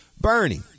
Bernie